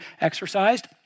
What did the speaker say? exercised